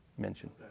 Mentioned